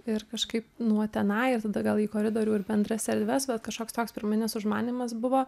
ir kažkaip nuo tenai ir tada gal į koridorių ir bendras erdves bet kažkoks toks pirminis užmanymas buvo